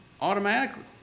Automatically